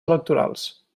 electorals